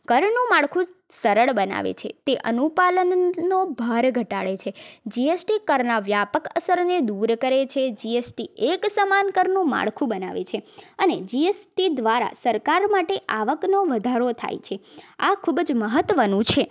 કરનું માળખું સરળ બનાવે છે તે અનુપાલનનો ભાર ઘટાડે છે જી એસ ટી કરના વ્યાપક અસરને દૂર કરે છે જી એસ ટી એકસમાન કરનું માળખું બનાવે છે અને જી એસ ટી દ્વારા સરકાર માટે આવકનો વધારો થાય છે આ ખૂબજ મહત્ત્વનું છે